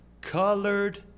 colored